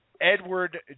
Edward